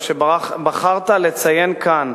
על שבחרת לציין כאן,